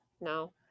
no